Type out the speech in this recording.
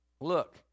look